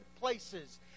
places